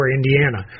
Indiana